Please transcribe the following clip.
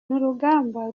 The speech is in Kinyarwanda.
n’urugamba